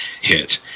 hit